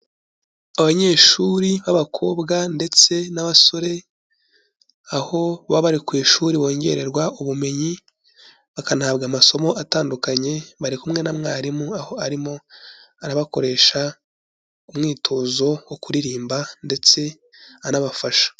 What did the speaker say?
Abanyeshuri b'abakobwa ndetse n'abasore, aho baba bari ku ishuri bongererwa ubumenyi, bakanahabwa amasomo atandukanye, bari kumwe na mwarimu, aho arimo arabakoresha umwitozo wo kuririmba ndetse anabafasha.